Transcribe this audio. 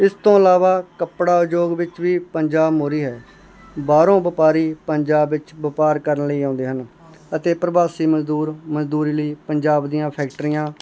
ਇਸ ਤੋਂ ਇਲਾਵਾ ਕੱਪੜਾ ਉਦਯੋਗ ਵਿੱਚ ਵੀ ਪੰਜਾਬ ਮੋਰੀ ਹੈ ਬਾਹਰੋਂ ਵਪਾਰੀ ਪੰਜਾਬ ਵਿੱਚ ਵਪਾਰ ਕਰਨ ਲਈ ਆਉਂਦੇ ਹਨ ਅਤੇ ਪ੍ਰਵਾਸੀ ਮਜ਼ਦੂਰ ਮਜ਼ਦੂਰੀ ਲਈ ਪੰਜਾਬ ਦੀਆਂ ਫੈਕਟਰੀਆਂ